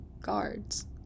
guards